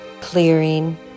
Clearing